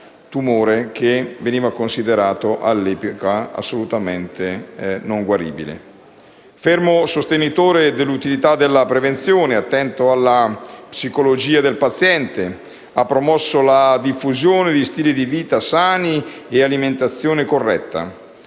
all'epoca, veniva considerato assolutamente non guaribile. Fermo sostenitore dell'utilità della prevenzione e attento alla psicologia del paziente, Veronesi ha promosso la diffusione di stili di vita sani e di alimentazione corretta.